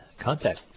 Contact